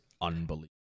unbelievable